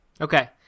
Okay